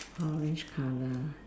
orange colour